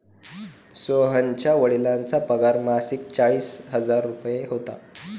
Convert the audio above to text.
सोहनच्या वडिलांचा पगार मासिक चाळीस हजार रुपये होता